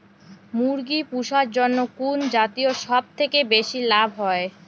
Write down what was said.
মুরগি পুষার জন্য কুন জাতীয় সবথেকে বেশি লাভ হয়?